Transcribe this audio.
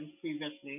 previously